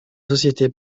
société